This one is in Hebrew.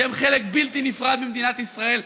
שהם חלק בלתי נפרד ממדינת ישראל,